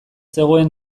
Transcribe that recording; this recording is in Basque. zegoen